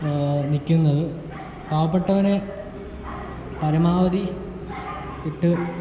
നിൽക്കുന്നത് പാവപ്പെട്ടവനെ പരമാവധി ഇട്ട്